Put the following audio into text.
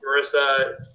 Marissa